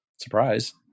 Surprise